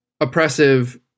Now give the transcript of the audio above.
oppressive